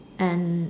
and